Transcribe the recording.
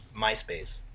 MySpace